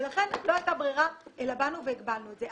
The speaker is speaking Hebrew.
ולכן, לא הייתה ברירה אלא באנו והגבלנו את זה.